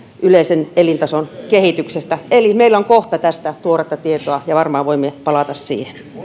yleisen elintason kehityksestä eli meillä on kohta tästä tuoretta tietoa ja varmaan voimme palata siihen